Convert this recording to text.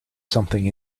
something